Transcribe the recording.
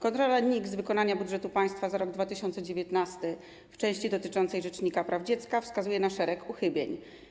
Kontrola NIK z wykonania budżetu państwa za rok 2019 w części dotyczącej rzecznika praw dziecka wskazuje na szereg uchybień.